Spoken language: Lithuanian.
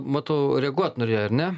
matau reaguot norėjai ar ne